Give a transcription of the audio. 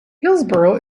hillsboro